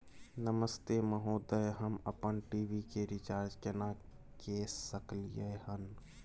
नमस्ते महोदय, हम अपन टी.वी के रिचार्ज केना के सकलियै हन?